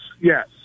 Yes